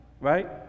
right